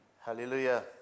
Hallelujah